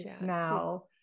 now